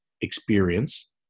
experience